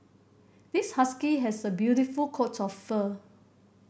this husky has a beautiful coat of fur